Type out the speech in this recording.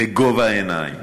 "בגובה העיניים",